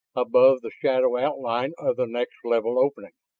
above, the shadow outline of the next level opening.